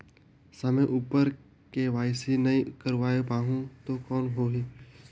समय उपर के.वाई.सी नइ करवाय पाहुं तो कौन होही?